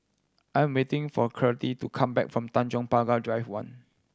I am waiting for Courtney to come back from Tanjong Pagar Drive One